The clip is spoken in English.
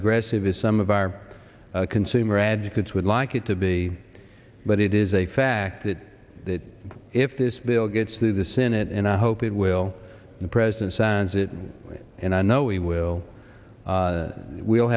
aggressive as some of our consumer advocates would like it to be but it is a fact that that if this bill gets through the senate and i hope it will the president signs it and i know we will